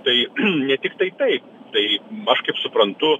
tai ne tiktai tai tai aš kaip suprantu